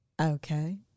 Okay